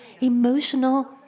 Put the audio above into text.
emotional